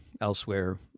elsewhere